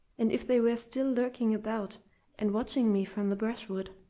and if they were still lurking about and watching me from the brushwood